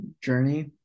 journey